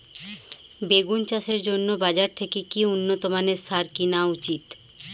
বেগুন চাষের জন্য বাজার থেকে কি উন্নত মানের সার কিনা উচিৎ?